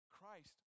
Christ